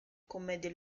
commedie